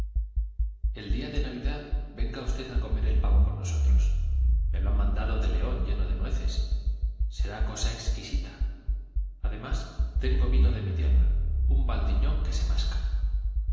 el día de navidad venga usted a comer el pavo con nosotros me lo han mandado de león lleno de nueces será cosa exquisita además tengo vino de mi tierra un valdiñón que se masca